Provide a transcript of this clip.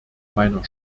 meiner